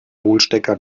hohlstecker